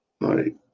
right